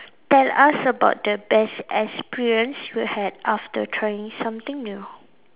tell us about the best experience you had after trying something new